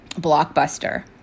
blockbuster